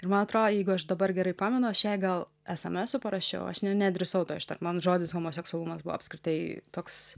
ir man atrodo jeigu aš dabar gerai pamenu aš jai gal esamesu parašiau aš ne nedrįsau to ištart man žodis homoseksualumas buvo apskritai toks